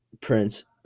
Prince